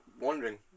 wondering